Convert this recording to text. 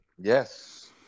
yes